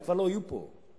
הם כבר לא יהיו פה כממשלה.